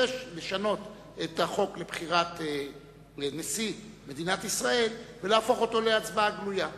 ביקש לשנות את החוק לבחירת נשיא מדינת ישראל ולהפוך אותו להצבעה גלויה.